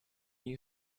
you